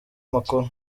amakuru